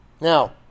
Now